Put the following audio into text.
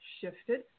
shifted